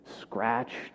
scratched